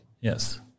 Yes